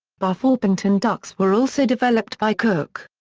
buff orpington ducks were also developed by cook.